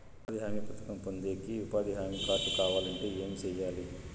ఉపాధి హామీ పథకం పొందేకి ఉపాధి హామీ కార్డు కావాలంటే ఏమి సెయ్యాలి?